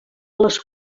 les